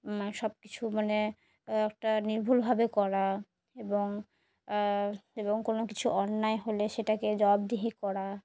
মানে সব কিছু মানে একটা নির্ভুলভাবে করা এবং এবং কোনো কিছু অন্যায় হলে সেটাকে জবাবদিহি করা